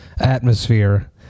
atmosphere